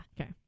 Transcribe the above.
Okay